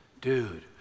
Dude